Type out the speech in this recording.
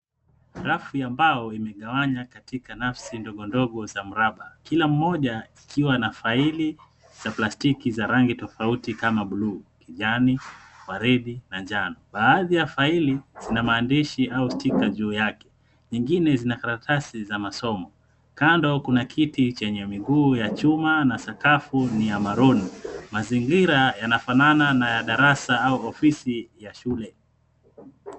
Rafu ya mbao imegawanya katika nafsi ndogondogo za mraba kila moja ikiwa na faili za plastiki za rangi tofauti kama buluu, kijani, waridi na njano. Baadhi ya faili zina maandishi au stika juu yake. Nyingine zina karatasi za masomo. Kando kuna kiti chenye miguu ya chuma na sakafu ni ya maruni. Mazingira yanafanana na darasa au ofisi ya shule.